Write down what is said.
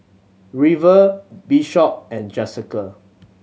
River Bishop and Jesica